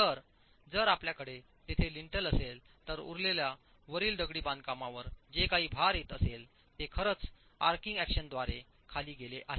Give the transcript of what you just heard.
तर जर आपल्याकडे तेथे लिंटल असेल तर उरलेल्या वरील दगडी बांधकाम वर जे काही भार येत असेल ते खरंच आर्चिंग अॅक्शनद्वारे खाली गेले आहे